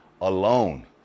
alone